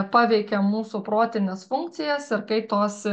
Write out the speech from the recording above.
paveikia mūsų protines funkcijas ir kai tos